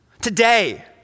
Today